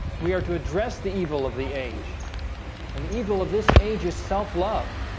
we are to address the evil of the age an evil of this age is self-love